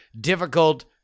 difficult